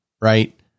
right